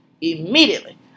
immediately